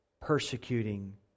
persecuting